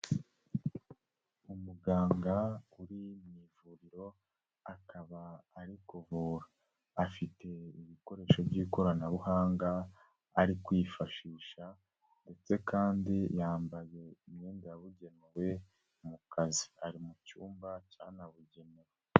Umuganga uri mu ivuriro, akaba ari kuvura. Afite ibikoresho by'ikoranabuhanga, ari kwifashisha ndetse kandi yambaye imyenda yabugenewe mu kazi. Ari mu cyumba cyanabugenewe.